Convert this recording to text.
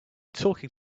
talking